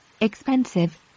Expensive